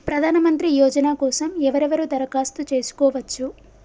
ప్రధానమంత్రి యోజన కోసం ఎవరెవరు దరఖాస్తు చేసుకోవచ్చు?